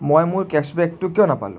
মই মোৰ কেশ্ববেকটো কিয় নাপালোঁ